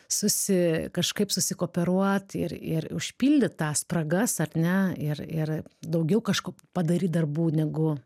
susi kažkaip susikooperuot ir ir užpildyt tą spragas ar ne ir ir daugiau kažko padaryt darbų negu